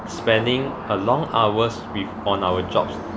spending a long hours with on our jobs